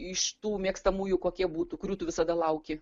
iš tų mėgstamųjų kokie būtų kurių tu visada lauki